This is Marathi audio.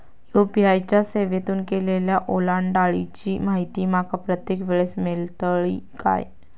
यू.पी.आय च्या सेवेतून केलेल्या ओलांडाळीची माहिती माका प्रत्येक वेळेस मेलतळी काय?